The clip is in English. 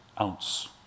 ounce